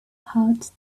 hot